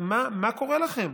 מה קורה לכם?